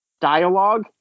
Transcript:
dialogue